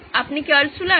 আপনি কি আল্টশুলার